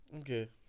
Okay